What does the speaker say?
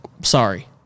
sorry